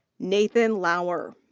nathan lauer.